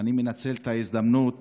אני מנצל את ההזדמנות